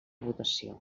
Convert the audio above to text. votació